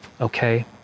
Okay